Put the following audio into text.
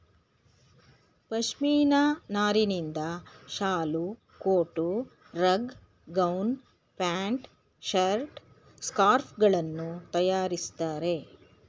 ಪಶ್ಮಿನ ನಾರಿನಿಂದ ಶಾಲು, coat, rug, gown, pant, shirt, scarf ಗಳನ್ನು ತರಯಾರಿಸ್ತರೆ